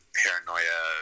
paranoia